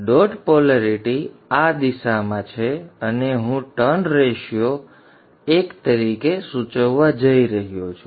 dot polarity આ દિશામાં છે અને હું ટર્ન રેશિયો સંબંધને ૧ તરીકે સૂચવવા જઇ રહ્યો છું